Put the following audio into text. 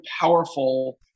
powerful